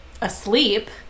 asleep